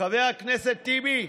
חבר הכנסת טיבי,